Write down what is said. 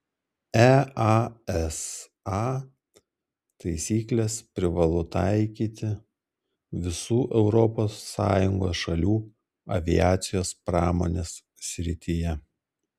easa taisykles privalu taikyti visų europos sąjungos šalių aviacijos pramonės srityje